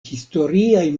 historiaj